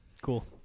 cool